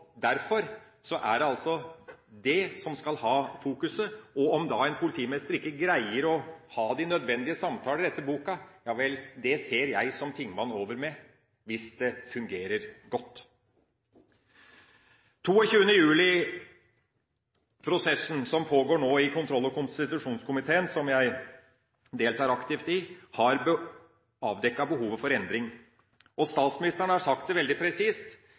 om en politimester ikke greier å ha de nødvendige samtaler etter boka – ja vel, det ser jeg som tingmann over med hvis det fungerer godt. 22. juli-prosessen som pågår nå i kontroll- og konstitusjonskomiteen, og som jeg deltar aktivt i, har avdekket behovet for endring. Statsministeren har sagt det veldig presist